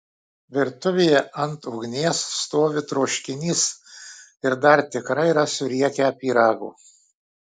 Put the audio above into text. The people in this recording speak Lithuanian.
virtuvėje ant ugnies stovi troškinys ir dar tikrai rasiu riekę pyrago